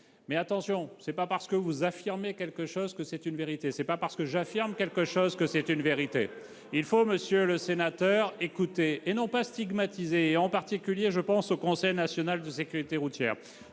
mais, attention, ce n'est pas parce que vous affirmez quelque chose que c'est une vérité. Vous non plus ! Ce n'est pas parce que j'affirme quelque chose que c'est une vérité. Il faut, monsieur le sénateur, écouter, et non pas stigmatiser, en particulier le Conseil national de sécurité routière.